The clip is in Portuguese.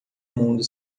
mundo